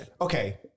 Okay